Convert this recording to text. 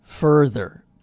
further